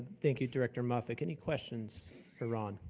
thank you, director muffick. any questions for ron?